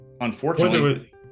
unfortunately